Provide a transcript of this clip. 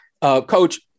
Coach